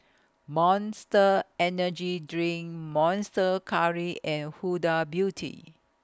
Monster Energy Drink Monster Curry and Huda Beauty